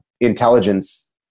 Intelligence